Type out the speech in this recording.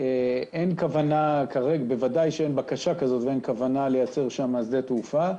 אין בקשה כזאת, ואין כוונה להקים שם שדה תעופה.